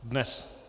Dnes?